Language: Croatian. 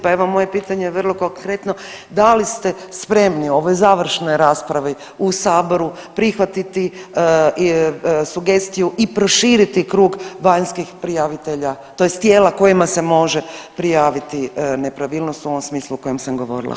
Pa evo moje pitanje je vrlo konkretno, da li ste spremni u ovoj završnoj raspravi u saboru prihvatiti i sugestiju i proširiti krug vanjskih prijavitelja tj. tijela kojima se može prijaviti nepravilnost u ovom smislu u kojem sam govorila.